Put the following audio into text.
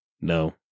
no